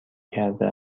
کرده